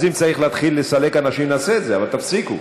אז אם צריך לסלק אנשים, נעשה את זה, אבל תפסיקו.